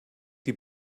die